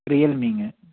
ரியல்மிங்க